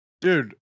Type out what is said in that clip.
dude